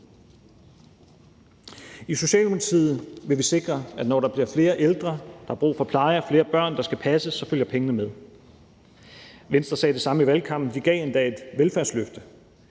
I Socialdemokratiet vil vi sikre, at når der bliver flere ældre, der har brug for pleje, og flere børn, der skal passes, så følger pengene med. Venstre sagde det samme i valgkampen, og de gav endda et velfærdsløfte.